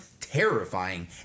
terrifying